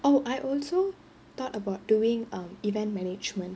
oh I also thought about doing err event management